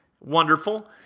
Wonderful